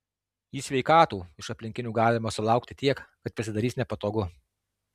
į sveikatų iš aplinkinių galima sulaukti tiek kad pasidarys nepatogu